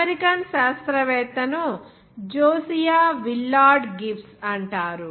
American శాస్త్రవేత్తను Josiah Willard Gibbs అంటారు